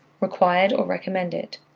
required, or recommended.